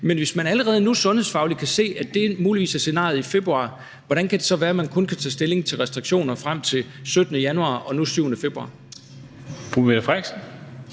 hvis man allerede nu sundhedsfagligt kan se, at det muligvis er scenariet i februar, hvordan kan det så være, at man kun kan tage stilling til restriktioner frem til den 17. januar og nu den 7. februar?